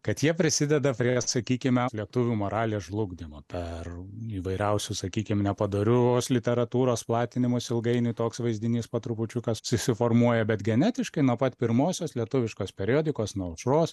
kad jie prisideda prie sakykime lietuvių moralės žlugdymo per įvairiausius sakykim nepadorios literatūros platinimus ilgainiui toks vaizdinys po trupučiuką susiformuoja bet genetiškai nuo pat pirmosios lietuviškos periodikos nuo aušros